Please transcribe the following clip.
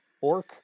orc